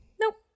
Nope